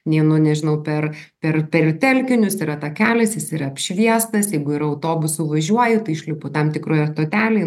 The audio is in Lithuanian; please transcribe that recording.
neeinu nežinau per per per telkinius yra takelis jis yra apšviestas jeigu ir autobusu važiuoju išlipu tam tikroje totelėje